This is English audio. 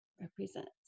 represents